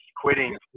quitting